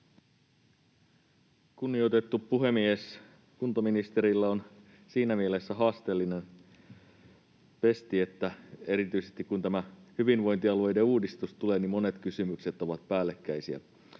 Kunnioitettu puhemies! Kuntaministerillä on siinä mielessä haasteellinen pesti, erityisesti, kun tämä hyvinvointialueiden uudistus tulee, niin monet kysymykset ovat päällekkäisiä.